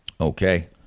Okay